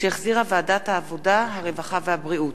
שהחזירה ועדת העבודה, הרווחה והבריאות.